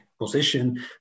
position